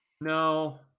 No